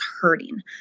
hurting